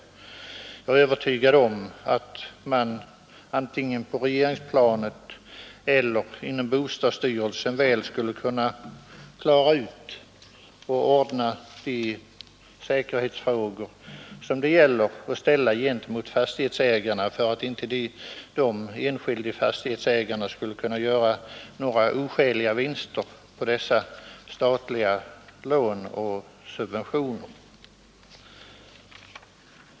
Jag är övertygad om att man antingen på regeringsplanet eller inom bostadsstyrelsen väl skulle kunna klara ut de säkerhetsfrågor som måste lösas för att inte de enskilda fastighetsägarna skall kunna göra några oskäliga vinster på dessa statliga lån och subventioner.